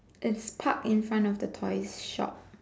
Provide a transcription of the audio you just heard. it's park in front of the toy shop